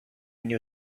new